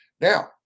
Now